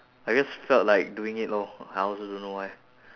I just felt like doing it lor I also don't know why